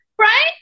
right